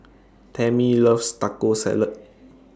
Tammy loves Taco Salad